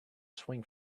swing